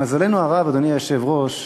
למזלנו הרב, אדוני היושב-ראש,